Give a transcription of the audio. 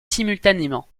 simultanément